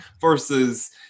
versus